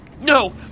No